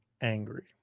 Angry